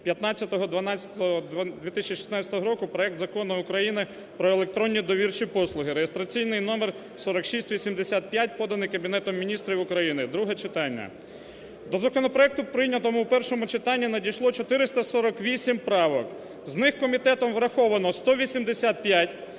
15.12.2016 року проект Закону про електронні довірчі послуги (реєстраційний номер 4685), поданий Кабінетом Міністрів України, друге читання. До законопроекту, прийнятого в першому читанні, надійшло 448 правок, з них комітетом враховано – 185, враховано